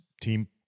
Team